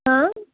हां